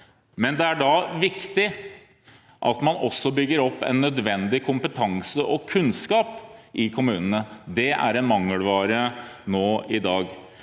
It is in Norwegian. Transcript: Men det er da viktig at man også bygger opp en nødvendig kompetanse og kunnskap i kommunene. Det er en mangelvare nå i dag.